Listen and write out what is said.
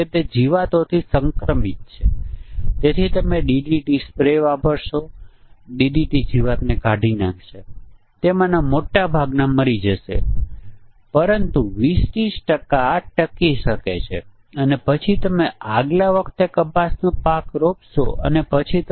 તેથી સ્ક્રીન અને keyboard screen અને અભિગમ અભિગમ અને કીબોર્ડ વચ્ચેના મૂલ્યોની દરેક જોડીઑ અસ્તિત્વમાં છે કે કેમ